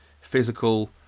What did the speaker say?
physical